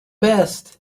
best